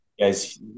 guys